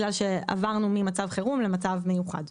כי עברנו ממצב חירום למצב מיוחד.